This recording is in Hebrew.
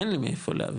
אין לי מאיפה להביא